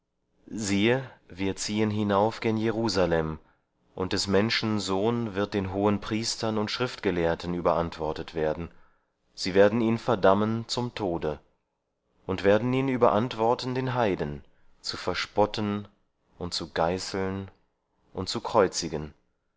siehe wir ziehen hinauf gen jerusalem und des menschen sohn wird den hohenpriestern und schriftgelehrten überantwortet werden sie werden ihn verdammen zum tode und werden ihn überantworten den heiden zu verspotten und zu geißeln und zu kreuzigen